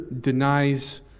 denies